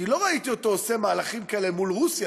כי לא ראיתי אותו עושה מהלכים כאלה מול רוסיה,